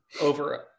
over